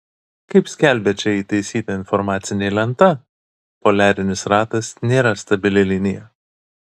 kaip skelbia čia įtaisyta informacinė lenta poliarinis ratas nėra stabili linija